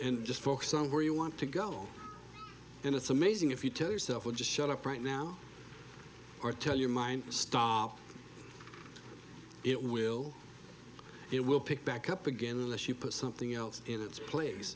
and just focus on where you want to go and it's amazing if you tell yourself to just shut up right now or tell your mind stop it will it will pick back up again unless you put something else in its place